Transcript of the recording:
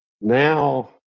now